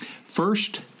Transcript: First